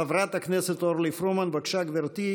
חברת הכנסת אורלי פרומן, בבקשה, גברתי.